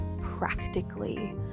practically